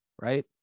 right